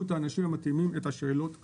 את האנשים המתאימים את השאלות הבאות.